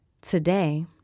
Today